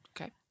Okay